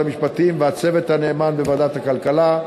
המשפטים ולצוות הנאמן בוועדת הכלכלה,